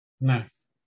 Nice